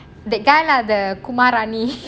that guy lah the kumarani